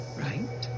right